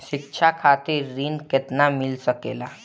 शिक्षा खातिर ऋण केतना मिल सकेला?